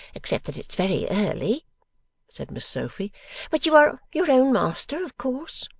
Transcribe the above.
except that it's very early said miss sophy but you are your own master, of course